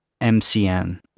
MCN